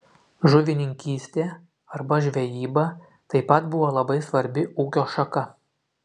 žuvininkystė arba žvejyba taip pat buvo labai svarbi ūkio šaka